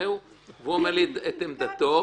והוא אומר לי את עמדתו.